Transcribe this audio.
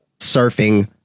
surfing